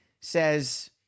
says